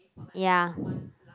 ya